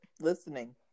listening